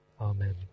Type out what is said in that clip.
Amen